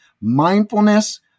mindfulness